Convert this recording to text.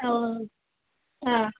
ஆ ஓ ஆ